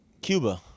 Cuba